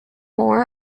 more